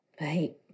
Right